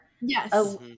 Yes